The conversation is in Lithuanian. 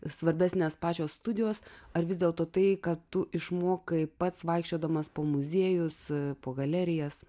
svarbesnes pačios studijos ar vis dėlto tai kad tu išmokai pats vaikščiodamas po muziejus po galerijas